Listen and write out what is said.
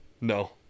No